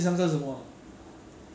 真的 just 吃 bro